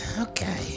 Okay